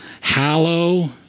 Hallow